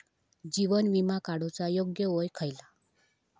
जीवन विमा काडूचा योग्य वय खयला?